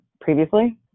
previously